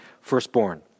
firstborn